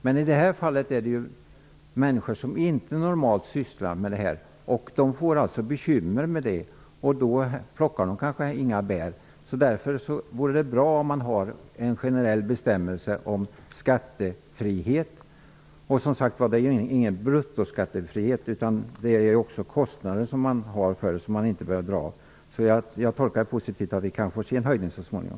Men i det här fallet är det fråga om människor som inte normalt sysslar med sådant. De får alltså bekymmer med detta. Då plockar de kanske inga bär. Därför vore det bra om man hade en generell bestämmelse om skattefrihet. Det är som sagt ingen bruttoskattefrihet, utan man har kostnader som man inte gör avdrag för. Jag tolkar svaret positivt. Vi kanske får se en höjning så småningom.